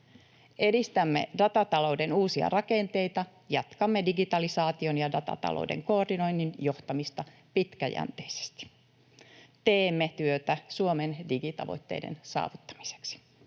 Edistämme datatalouden uusia rakenteita, jatkamme digitalisaation ja datatalouden koordinoinnin johtamista pitkäjänteisesti. Teemme työtä Suomen digitavoitteiden saavuttamiseksi.